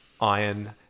Iron